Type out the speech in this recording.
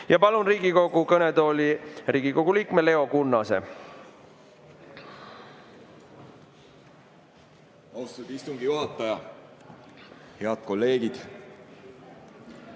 Palun Riigikogu kõnetooli Riigikogu liikme Leo Kunnase. Austatud istungi juhataja! Head kolleegid!